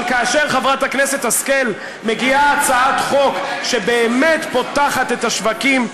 אבל כאשר חברת הכנסת השכל מביאה הצעת חוק שבאמת פותחת את השווקים,